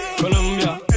Colombia